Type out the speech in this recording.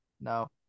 No